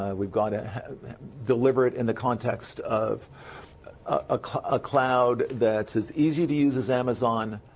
ah we've got to deliver it in the context of a cloud ah cloud that's as easy to use as amazon,